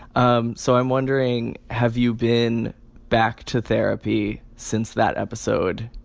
um so i'm wondering, have you been back to therapy since that episode?